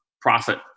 profit